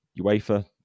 UEFA